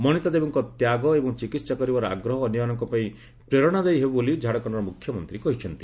ମନିତା ଦେବୀଙ୍କ ତ୍ୟାଗ ଏବଂ ଚିକିତ୍ସା କରିବାର ଆଗ୍ରହ ଅନ୍ୟମାନଙ୍କ ପାଇଁ ପ୍ରେରଣାଦାୟୀ ବୋଲି ଝାଡ଼ଖଣ୍ଡର ମୁଖ୍ୟମନ୍ତ୍ରୀ କହିଚ୍ଚନ୍ତି